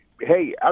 Hey